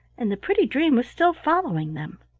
and the pretty dream was still following them.